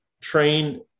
train